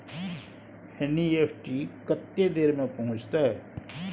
NEFT कत्ते देर में पहुंचतै?